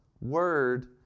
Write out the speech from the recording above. word